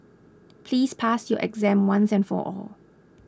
please pass your exam once and for all